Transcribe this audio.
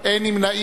1, אין נמנעים.